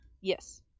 Yes